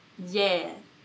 ya